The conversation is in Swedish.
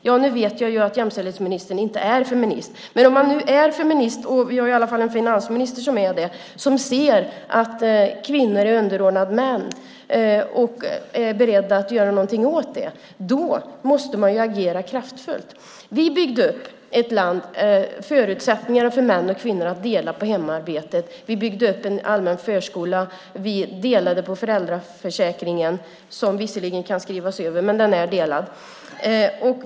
Jag vet att jämställdhetsministern inte är feminist, men om man är feminist - vi har i alla fall en finansminister som är det - och ser att kvinnor är underordnade män och är beredd att göra något åt det måste man agera kraftfullt. Vi skapade förutsättningarna för män och kvinnor att dela på hemarbetet. Vi byggde upp en allmän förskola. Vi delade på föräldraförsäkringen som visserligen kan skrivas över.